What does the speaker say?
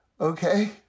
Okay